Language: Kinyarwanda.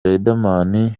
riderman